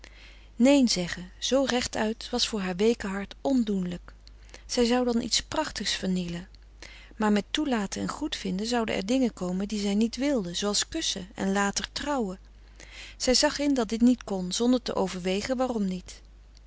neen zeggen zoo recht uit was voor haar weeke hart ondoenlijk zij zou dan iets prachtigs vernielen maar met toelaten en goedvinden zouden er dingen komen die zij niet wilde zooals kussen en later trouwen zij zag in dat dit niet kon zonder te overwegen waarom niet